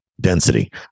density